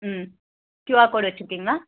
ம் QR code வைச்சிருக்கிங்களா